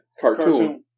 cartoon